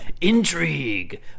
intrigue